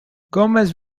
gomez